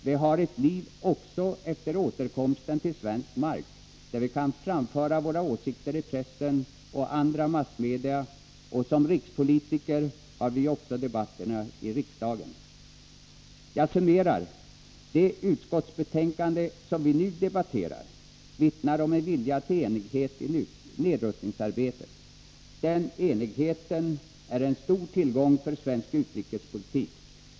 Vi har ett liv också efter återkomsten till svensk mark, där vi kan framföra våra åsikter i pressen och andra massmedia, och som rikspolitiker har vi ju också debatterna i riksdagen. Jag summerar: Det utskottsbetänkande som vi nu debatterar vittnar om en vilja till enighet i nedrustningsarbetet. Den enigheten är en stor tillgång för svensk utrikespolitik.